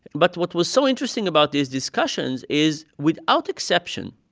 but what was so interesting about these discussions is without exception,